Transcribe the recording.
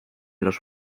los